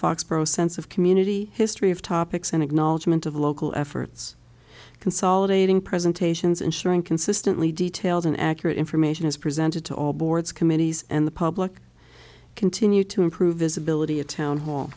foxborough sense of community history of topics and acknowledgement of local efforts consolidating presentations ensuring consistently detailed and accurate information is presented to all boards committees and the public continue to improve visibility a town hall